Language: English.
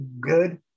good